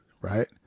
right